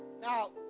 Now